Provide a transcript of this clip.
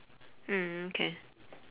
mm okay